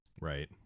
Right